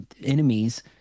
enemies